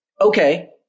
Okay